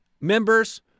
members